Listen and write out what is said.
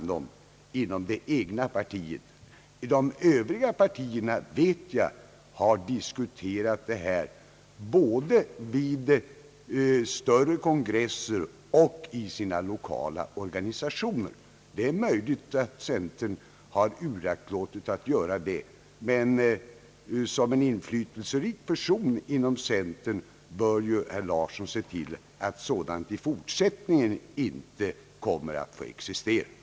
De övriga partierna vet jag har diskuterat frågan, både vid större kongresser och i sina lokala organisationer. Det är möjligt att centern har uraktlåtit att göra det. Som en inflytelserik person inom centern bör herr Larsson se till att sådant icke får förekomma i fortsättningen.